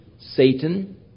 Satan